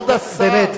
כבוד השר,